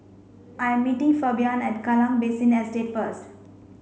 I'm meeting Fabian at Kallang Basin Estate first